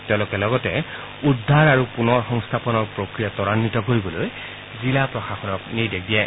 তেওঁলোকে লগতে উদ্ধাৰ আৰু পুনৰ সংস্থাপনৰ প্ৰক্ৰিয়া ত্বৰান্বিত কৰিবলৈ জিলা প্ৰশাসনক নিৰ্দেশ দিয়ে